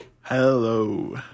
Hello